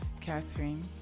Catherine